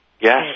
Yes